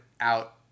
out